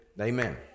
Amen